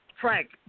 Frank